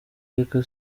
reka